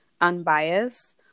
unbiased